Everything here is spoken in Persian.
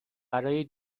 برای